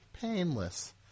Painless